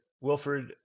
Wilfred